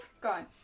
gone